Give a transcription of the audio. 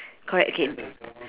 correct again